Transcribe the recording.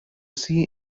sea